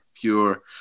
pure